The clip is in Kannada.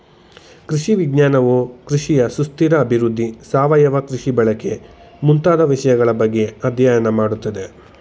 ಕೃಷಿ ವಿಜ್ಞಾನವು ಕೃಷಿಯ ಸುಸ್ಥಿರ ಅಭಿವೃದ್ಧಿ, ಸಾವಯವ ಕೃಷಿ ಬಳಕೆ ಮುಂತಾದ ವಿಷಯಗಳ ಬಗ್ಗೆ ಅಧ್ಯಯನ ಮಾಡತ್ತದೆ